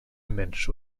mensch